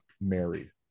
married